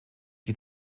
die